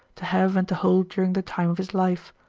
to have and to hold during the time of his life.